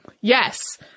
Yes